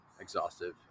exhaustive